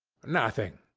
nothing!